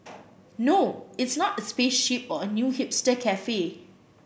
no it's not a spaceship or a new hipster cafe